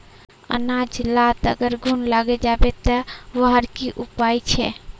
अनाज लात अगर घुन लागे जाबे ते वहार की उपाय छे?